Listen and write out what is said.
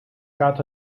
gaat